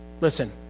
Listen